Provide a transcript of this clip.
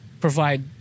provide